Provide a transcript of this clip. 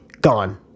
Gone